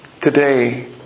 today